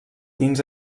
dins